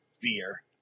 fear